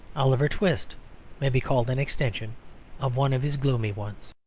oliver twist may be called an extension of one of his gloomy ones.